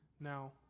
now